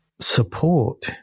support